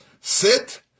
sit